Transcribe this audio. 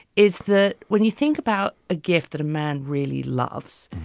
is that when you think about a gift that a man really loves,